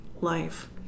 life